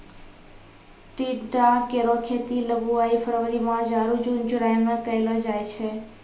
टिंडा केरो खेती ल बुआई फरवरी मार्च आरु जून जुलाई में कयलो जाय छै